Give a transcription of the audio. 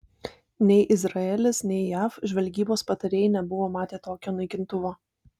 nei izraelis nei jav žvalgybos patarėjai nebuvo matę tokio naikintuvo